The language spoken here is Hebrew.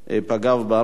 חבר הכנסת